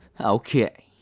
Okay